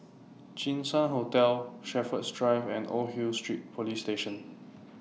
Jinshan Hotel Shepherds Drive and Old Hill Street Police Station